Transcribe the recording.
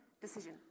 decision